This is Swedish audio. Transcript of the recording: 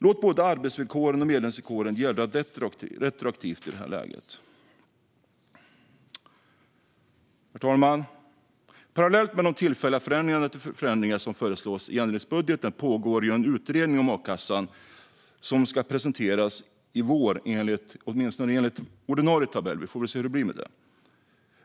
Låt både arbetsvillkoren och medlemsvillkoren gälla retroaktivt i det här läget. Herr talman! Parallellt med de tillfälliga förändringar som föreslås i ändringsbudgeten pågår en utredning om a-kassan som ska presenteras i vår, åtminstone enligt ordinarie tidtabell - vi får väl se hur det blir med det.